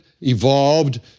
evolved